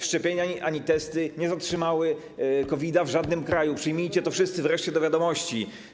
Szczepienia ani testy nie zatrzymały COVID-u w żadnym kraju, przyjmijcie to wszyscy wreszcie do wiadomości.